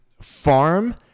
farm